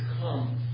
come